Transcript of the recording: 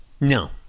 No